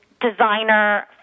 designer